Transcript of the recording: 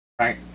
Right